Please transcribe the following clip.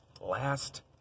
last